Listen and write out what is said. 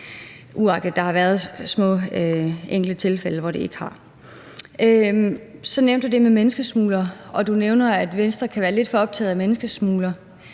uagtet at der har været enkelte tilfælde, hvor det ikke har løst sig. Så nævnte du det med menneskesmuglere, og du nævner, at Venstre kan være lidt for optaget af menneskesmuglere,